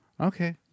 Okay